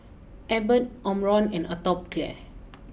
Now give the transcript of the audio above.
Abbott Omron and Atopiclair